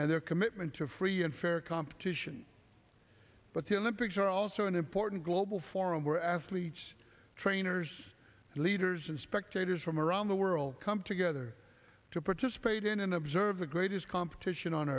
and their commitment to free and fair competition but the olympics are also an important global forum where athletes trainers and leaders and spectators from around the world come together to participate in and observe the greatest competition on